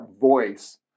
voice